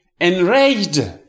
Enraged